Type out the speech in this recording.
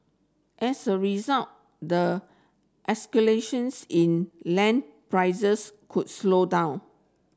as a result the escalations in land prices could slow down